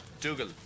Dougal